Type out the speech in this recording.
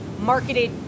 marketed